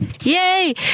Yay